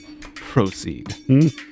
proceed